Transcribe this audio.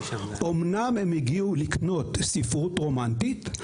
אמנם הם הגיעו לקנות ספרות רומנטית,